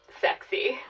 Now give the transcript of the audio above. sexy